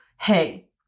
hey